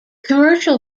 commercial